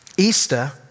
Easter